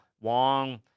Wong